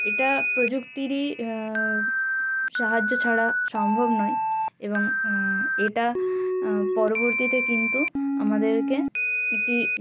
এটা প্রযুক্তিরই সাহায্য ছাড়া সম্ভব নয় এবং এটা পরবর্তীতে কিন্তু আমাদেরকে একটি